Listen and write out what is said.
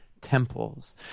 temples